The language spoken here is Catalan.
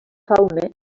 fauna